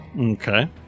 Okay